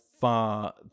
far